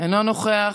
אינו נוכח,